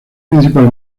principal